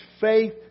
faith